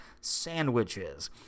sandwiches